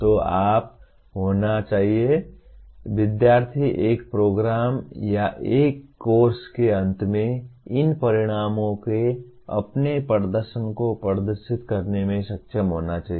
तो आप होना चाहिए विद्यार्थि एक प्रोग्राम या एक कोर्स के अंत में इन परिणामों के अपने प्रदर्शन को प्रदर्शित करने में सक्षम होना चाहिए